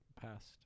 past